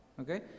okay